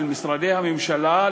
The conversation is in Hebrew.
של משרדי הממשלה,